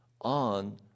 on